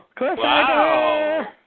Wow